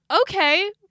okay